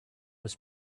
was